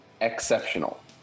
exceptional